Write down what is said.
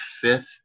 fifth